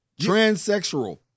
Transsexual